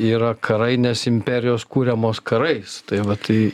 yra karai nes imperijos kuriamos karais tai va tai